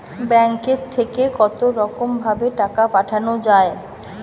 ব্যাঙ্কের থেকে কতরকম ভাবে টাকা পাঠানো য়ায়?